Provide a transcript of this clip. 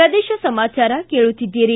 ಪ್ರದೇಶ ಸಮಾಚಾರ ಕೇಳುತ್ತೀದ್ದಿರಿ